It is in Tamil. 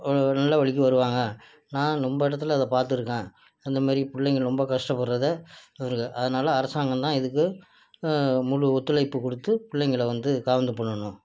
ஒரு நல்ல வழிக்கு வருவாங்க நான் ரொம்ப இடத்துல அதை பார்த்துருக்கேன் அந்த மாரி பிள்ளைங்கள் ரொம்ப கஷ்டப்படுறதை அதில் அதனால அரசாங்கந்தான் இதுக்கு முழு ஒத்துழைப்பு கொடுத்து பிள்ளைங்கள வந்து காவந்து பண்ணணும்